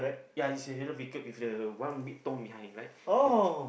ya it's a yellow with the one bit tong behind right